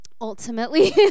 Ultimately